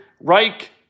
Reich